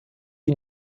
wie